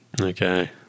Okay